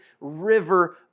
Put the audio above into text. river